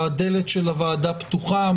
הדלת של הוועדה פתוחה,